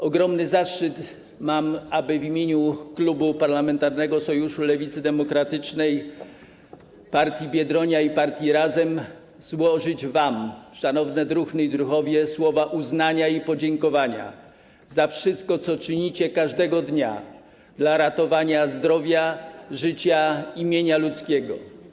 Mam ogromny zaszczyt w imieniu Klubu Parlamentarnego Sojuszu Lewicy Demokratycznej, partii Biedronia i partii Razem złożyć wam, szanowne druhny i druhowie, słowa uznania i podziękowania za wszystko, co czynicie każdego dnia, dla ratowania zdrowia, życia i mienia ludzkiego.